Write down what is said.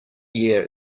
year